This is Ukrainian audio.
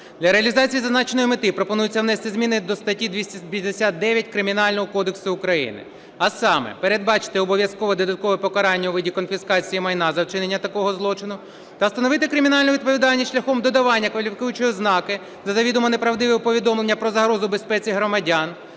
Для реалізації зазначеної мети пропонується внести зміни до статті 259 Кримінального кодексу України, а саме передбачити обов'язково додаткове покарання у вигляді конфіскації майна за вчинення такого злочину та встановити кримінальну відповідальність шляхом додавання кваліфікуючої ознаки за завідомо неправдиве повідомлення про загрозу безпеці громадян,